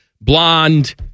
Blonde